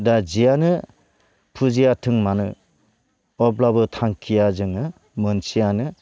दा जियानो फुजियाथों मानो अब्लाबो थांखिया जोङो मोनसेयानो